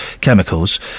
chemicals